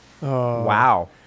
Wow